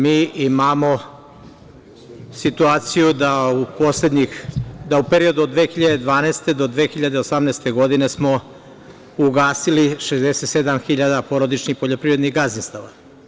Međutim, mi imamo situaciju da u poslednjih, da u periodu od 2012. godine do 2018. godine smo ugasili 67 hiljada porodičnih poljoprivrednih gazdinstava.